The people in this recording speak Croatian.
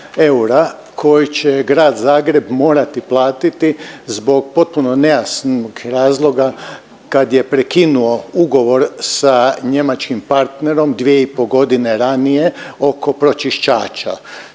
koje će Grad Zagreb morati platiti zbog potpuno nejasnog razloga kad je prekinuo ugovor sa njemačkim partnerom 2,5 godine ranije oko pročiščača.